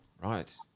right